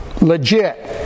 legit